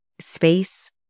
space